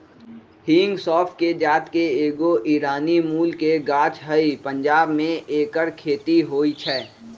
हिंग सौफ़ कें जात के एगो ईरानी मूल के गाछ हइ पंजाब में ऐकर खेती होई छै